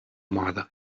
mother